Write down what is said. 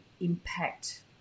impact